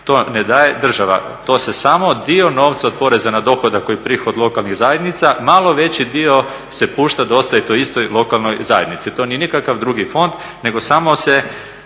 to ne daje država, to se samo dio novca od poreza na dohodak koji prihod lokalnih zajednica, malo veći dio se pušta da ostaje toj istoj lokalnoj zajednici. To nije nikakav drugi fond nego samo se